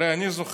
הרי אני זוכר,